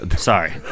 Sorry